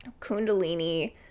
kundalini